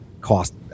cost